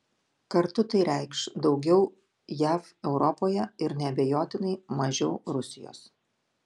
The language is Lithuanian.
kartu tai reikš daugiau jav europoje ir neabejotinai mažiau rusijos